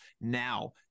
now